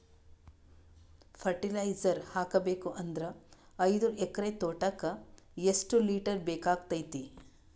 Fertiliser ಹಾಕಬೇಕು ಅಂದ್ರ ಐದು ಎಕರೆ ತೋಟಕ ಎಷ್ಟ ಲೀಟರ್ ಬೇಕಾಗತೈತಿ?